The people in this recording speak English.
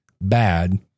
bad